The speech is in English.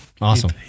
Awesome